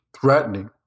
threatening